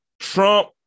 Trump